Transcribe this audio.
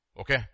Okay